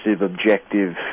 objective